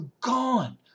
gone